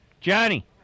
Johnny